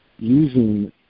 using